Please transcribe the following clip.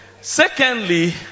secondly